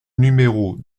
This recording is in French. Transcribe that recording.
numéros